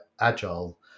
agile